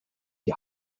die